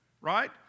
right